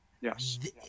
Yes